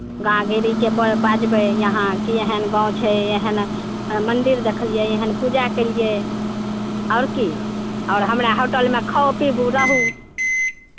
गाँव गेलीके बाजबै यहाँके एहन गाँव छै एहन मन्दिर देखलियै एहन पूजा केलियै आओर की आओर हमरा होटलमे खाउ पिबू रहू